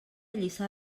lliçà